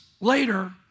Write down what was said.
later